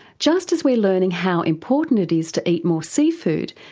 just as we're learning how important it is to eat more seafood,